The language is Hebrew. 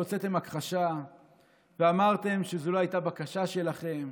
שהוצאתם הכחשה ואמרתם שזו לא הייתה בקשה שלכם,